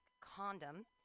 condom